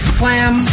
clam